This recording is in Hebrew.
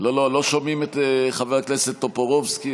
לא שומעים את חבר הכנסת טופורובסקי,